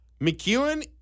McEwen